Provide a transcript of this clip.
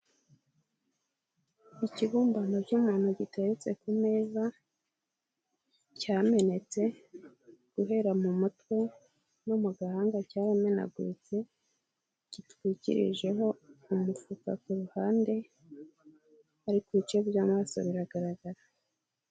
Ikibumbano cy'umuntu gitetse ku meza, cyamenetse guhera mu mutwe no mu gahanga cyaramenaguritse, gitwikirijeho umufuka ku ruhande ariko ibice by'amaso biragaragara.